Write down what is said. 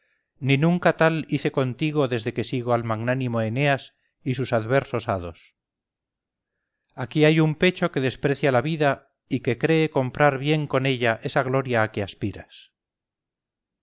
ni nunca tal hice contigo desde que sigo al magnánimo eneas y sus adversos hados aquí hay un pecho que desprecia la vida y que cree comprar bien con ella esa gloria a que aspiras